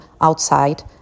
outside